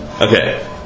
Okay